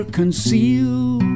concealed